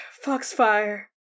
Foxfire